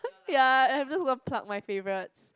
ya and I'm just gonna pluck my favourites